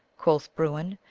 quoth bruin.